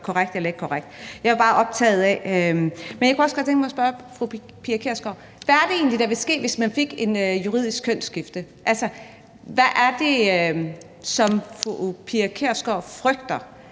Hvad er det egentlig, der vil ske, hvis man fik et juridisk kønsskifte? Altså, hvad er det, som fru Pia Kjærsgaard frygter,